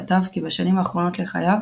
כתב כי בשנים האחרונות לחייו